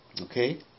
Okay